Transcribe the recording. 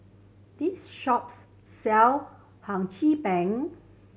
this shops sell Hum Chim Peng